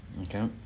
Okay